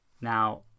Now